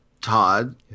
Todd